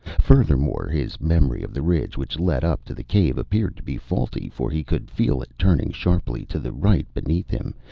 furthermore, his memory of the ridge which led up to the cave appeared to be faulty, for he could feel it turning sharply to the right beneath him,